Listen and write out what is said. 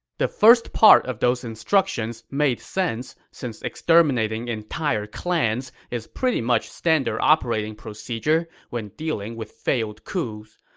the first part of those instructions made sense, since exterminating entire clans is pretty much standard operating procedure when dealing with failed coups.